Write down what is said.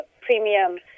premium